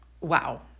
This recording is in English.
Wow